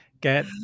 get